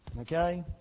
Okay